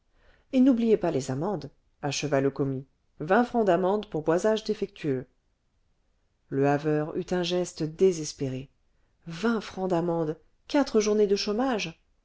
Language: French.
et n'oubliez pas les amendes acheva le commis vingt francs d'amendes pour boisages défectueux le haveur eut un geste désespéré vingt francs d'amendes quatre journées de chômage